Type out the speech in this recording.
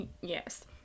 yes